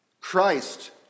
Christ